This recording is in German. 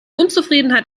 unzufriedenheit